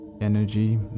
energy